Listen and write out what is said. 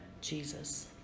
Jesus